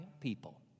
people